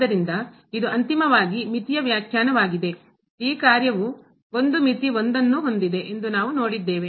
ಆದ್ದರಿಂದ ಇದು ಅಂತಿಮವಾಗಿ ಮಿತಿಯ ವ್ಯಾಖ್ಯಾನವಾಗಿದೆ ಈ ಕಾರ್ಯವು ಒಂದು ಮಿತಿ 1 ನ್ನು ಹೊಂದಿದೆ ಎಂದು ನಾವು ನೋಡಿದ್ದೇವೆ